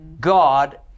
God